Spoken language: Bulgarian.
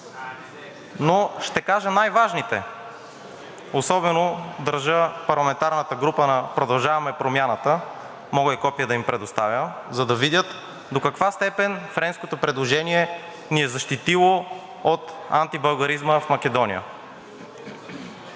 но ще кажа най-важните. Особено държа парламентарната група на „Продължаваме Промяната“, мога и копие да им предоставя, за да видят до каква степен френското предложение ни е защитило от антибългаризма в Македония.